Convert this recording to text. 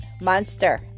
Monster